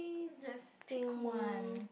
just pick one